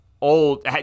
old